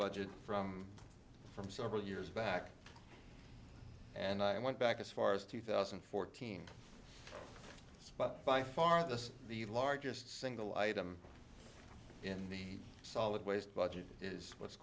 budget from from several years back and i went back as far as two thousand and fourteen but by far this is the largest single item in the solid waste budget is what's